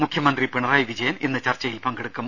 മുഖ്യമന്ത്രി പിണറായി വിജയൻ ഇന്ന് ചർച്ചയിൽ പങ്കെടുക്കും